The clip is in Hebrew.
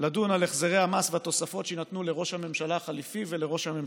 לדון על החזרי המס והתוספות שיינתנו לראש הממשלה החליפי ולראש הממשלה,